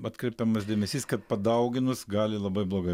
atkreipiamas dėmesys kad padauginus gali labai blogai